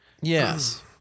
yes